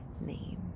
name